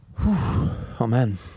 Amen